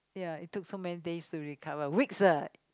ya it took so many days to recover weeks ah